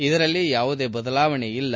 ಇದರಲ್ಲಿ ಯಾವುದೇ ಬದಲಾವಣೆ ಇಲ್ಲ